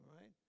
right